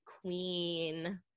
queen